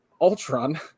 Ultron